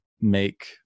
make